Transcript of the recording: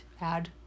add